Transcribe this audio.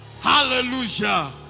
Hallelujah